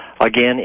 Again